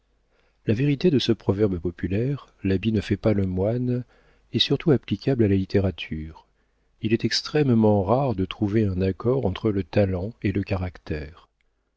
la vérité de ce proverbe populaire l'habit ne fait pas le moine est surtout applicable à la littérature il est extrêmement rare de trouver un accord entre le talent et le caractère